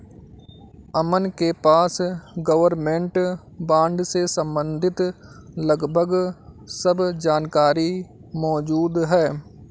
अमन के पास government bond से सम्बंधित लगभग सब जानकारी मौजूद है